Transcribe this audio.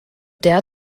der